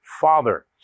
father